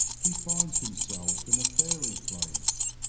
he finds himself in a fairy place,